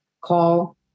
call